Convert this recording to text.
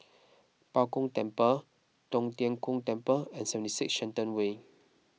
Bao Gong Temple Tong Tien Kung Temple and seventy six Shenton Way